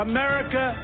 America